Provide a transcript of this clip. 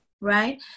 right